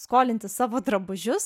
skolinti savo drabužius